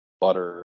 butter